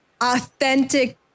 authentic